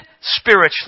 spiritually